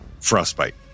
frostbite